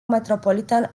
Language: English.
metropolitan